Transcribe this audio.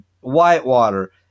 Whitewater